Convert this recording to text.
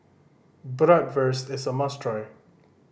bratwurst is a must try